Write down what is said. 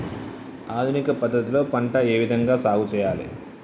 ఆధునిక పద్ధతి లో పంట ఏ విధంగా సాగు చేయాలి?